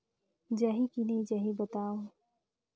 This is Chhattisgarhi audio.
जाही की नइ जाही बताव?